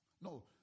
No